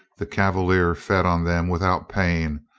the cav alier fed on them without paying,